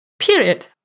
Period